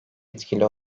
etkili